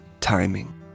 timing